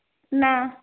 ନା